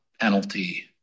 penalty